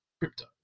crypto